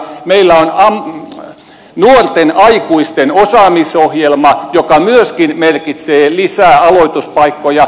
meillä on nuorten aikuisten osaamisohjelma joka myöskin merkitsee lisää aloituspaikkoja